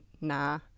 Nah